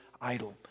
idol